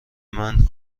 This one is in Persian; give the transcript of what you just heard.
مند